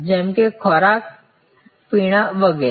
જેમ કે ખોરાક પીણાં વગેરે